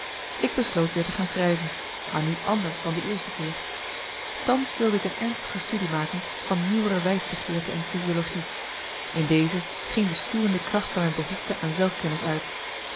ik besloot weer te gaan schrijven maar nu anders dan de eerste keer thans wilde ik een ernstige studie maken van nieuwere wijsbegeerte en physiologie in deze ging de stuwende kracht van mijn behoefte aan zelfkennis uit